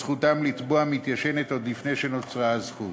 שבהם זכותם לתבוע מתיישנת עוד לפני שנוצרה הזכות.